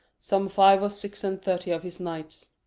some five or six and thirty of his knights,